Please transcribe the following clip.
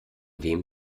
wem